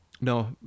no